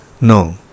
No